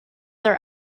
their